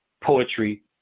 poetry